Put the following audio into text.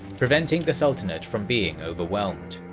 preventing the sultanate from being overwhelmed.